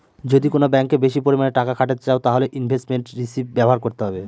যদি কোন ব্যাঙ্কে বেশি পরিমানে টাকা খাটাতে চাও তাহলে ইনভেস্টমেন্ট রিষিভ ব্যবহার করতে হবে